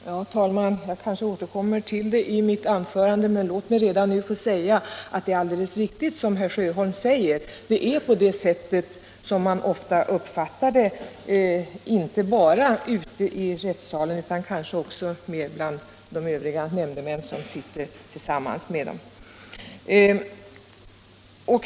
Herr talman! Jag kanske återkommer till det senare i mitt anförande, men låt mig redan nu säga att vad herr Sjöholm sade är alldeles riktigt. Det är just så man ofta uppfattar det inte bara ute i rättssalen utan också, och ofta mer, bland de nämndemän som sitter tillsammans med vederbörande.